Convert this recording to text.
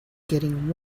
getting